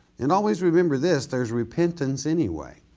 and always remember this, there's repentance anyway.